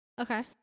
Okay